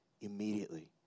Immediately